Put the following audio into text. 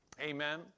Amen